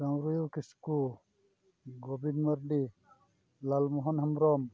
Chawria Kisku Gobin Mardi Lalmohan Hembrom